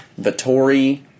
Vittori